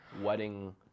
wedding